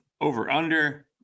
over-under